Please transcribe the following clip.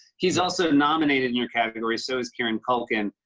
he's also nominated in your category. so is kieran culkin.